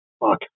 fuck